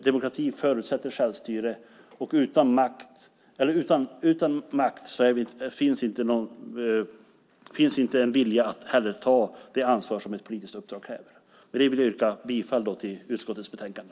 Demokratin förutsätter självstyre, och utan makt finns det inte en vilja att ta det ansvar som ett politiskt uppdrag kräver. Med det vill jag yrka bifall till förslaget i utskottets betänkande.